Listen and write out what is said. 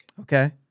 Okay